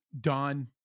Don